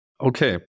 Okay